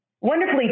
wonderfully